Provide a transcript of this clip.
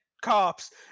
cops